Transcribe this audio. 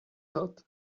hot